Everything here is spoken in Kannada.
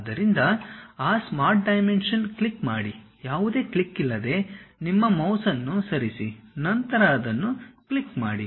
ಆದ್ದರಿಂದ ಆ ಸ್ಮಾರ್ಟ್ ಡೈಮೆನ್ಷನ್ ಕ್ಲಿಕ್ ಮಾಡಿ ಯಾವುದೇ ಕ್ಲಿಕ್ ಇಲ್ಲದೆ ನಿಮ್ಮ ಮೌಸ್ ಅನ್ನು ಸರಿಸಿ ನಂತರ ಅದನ್ನು ಕ್ಲಿಕ್ ಮಾಡಿ